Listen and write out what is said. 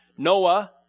Noah